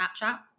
Snapchat